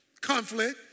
Conflict